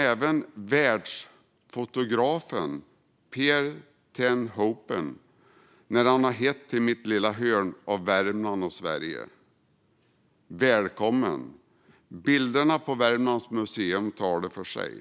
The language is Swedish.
Även världsfotografen Pieter ten Hoopen har hittat till mitt lilla hörn av Värmland och Sverige. Bilderna på Värmlands museum talar för sig.